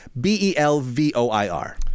B-E-L-V-O-I-R